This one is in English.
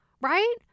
Right